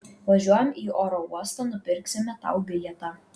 važiuojam į oro uostą nupirksime tau bilietą